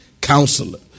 Counselor